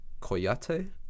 Koyate